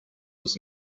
was